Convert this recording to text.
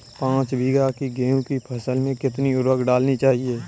पाँच बीघा की गेहूँ की फसल में कितनी उर्वरक डालनी चाहिए?